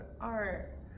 art